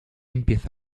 empieza